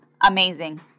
Amazing